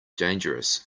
dangerous